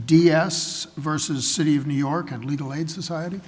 d s versus city of new york and legal aid society